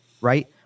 right